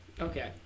Okay